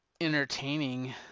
entertaining